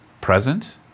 present